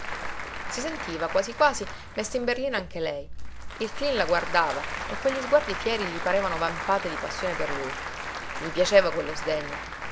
si sentiva quasi quasi messa in berlina anche lei il cleen la guardava e quegli sguardi fieri gli parevano vampate di passione per lui gli piaceva quello sdegno